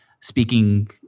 Speaking